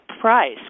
price